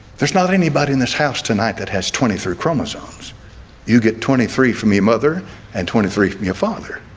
there's not anybody in this house tonight that has twenty three chromosomes you get twenty three from your mother and twenty three from your father